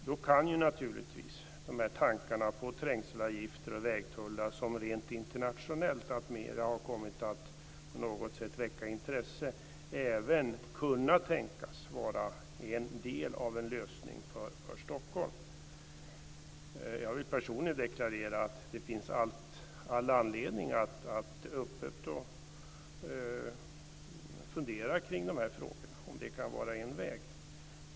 Då kan naturligtvis de här tankarna på trängselavgifter och vägtullar, som internationellt alltmer har kommit att väcka intresse, även kunna tänkas vara en del av en lösning för Stockholm. Jag vill personligen deklarera att det finns all anledning att öppet fundera över de här frågorna och över om det här kan vara en väg.